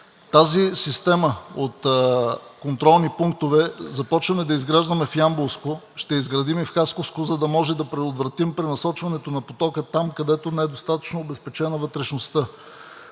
Тази система от контролни пунктове започваме да изграждаме в Ямболско, ще изградим и в Хасковско, за да може да предотвратим пренасочването на потока там, където не е достатъчно обезпечена вътрешността.